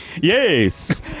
Yes